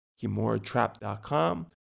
KimuraTrap.com